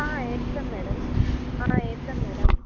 వేస్తాం మ్యాడమ్ వేస్తాం మ్యాడమ్